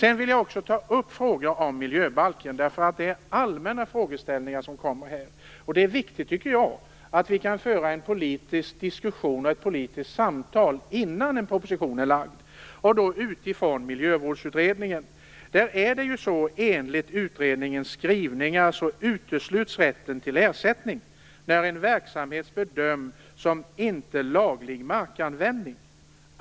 Jag vill också ta upp några allmänna frågeställningar om miljöbalken. Det är viktigt att vi utifrån Miljövårdsutredningen kan föra en politisk diskussion och ett politiskt samtal innan en proposition läggs fram. Enligt utredningens skrivningar utesluts rätten till ersättning när en verksamhet bedöms som inte laglig markanvändning.